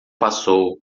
passou